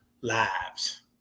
lives